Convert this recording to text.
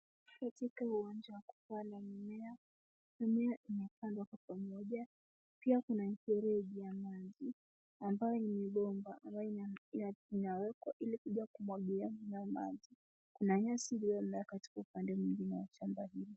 Katika uwanja wa kupanda mimea, mimea imepandwa kwa pamoja. Pia kuna mifereji ya maji ambayo yenye bomba ambayo inawekwa ili kuja kumwagilia mimea maji. Kuna nyasi iliyomea katika upande mwingine wa shamba hili.